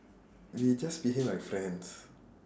we just behave like friends